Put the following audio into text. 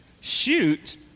shoot